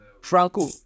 Franco